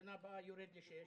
ושנה הבאה יורד ל-6,